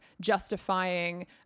justifying